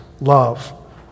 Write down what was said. love